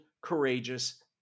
courageous